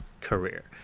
career